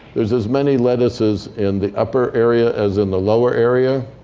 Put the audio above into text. there's as many lettuces in the upper area as in the lower area.